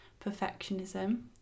perfectionism